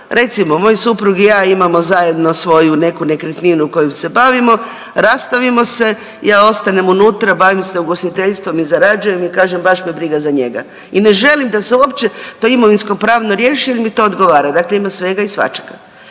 Recimo, moj suprug i ja imamo zajedno svoju neku nekretninu kojom se bavimo, rastavimo se, ja ostanem unutra, bavim se ugostiteljstvom i zarađujem i kažem baš me briga za njega i ne želim da se uopće to imovinskopravno riješi jer mi to odgovara, dakle ima svega i svačega.